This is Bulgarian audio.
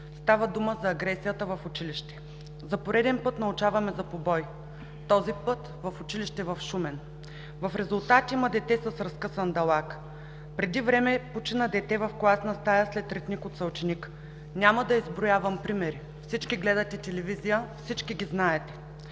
Става дума за агресията в училище. За пореден път научаваме за побой. Този път в училище в Шумен. В резултат има дете с разкъсан далак. Преди време почина дете в класна стая след ритник от съученик. Няма да изброявам примери – всички гледате телевизия, всички ги знаете.